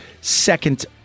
second